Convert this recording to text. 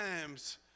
times